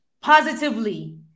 positively